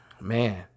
man